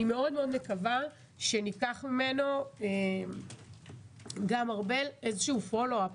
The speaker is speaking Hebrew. אני מאוד מאוד מקווה שניקח ממנו גם הרבה follow up,